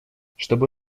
чтобы